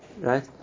Right